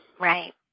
Right